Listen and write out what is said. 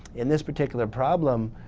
in this particular problem